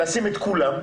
לשים את כולם,